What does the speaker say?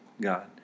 God